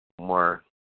more